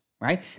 right